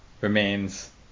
remains